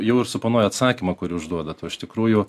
jau ir suponuoja atsakymą kurį užduodat va iš tikrųjų